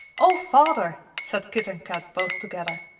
o father! said kit and kat both together.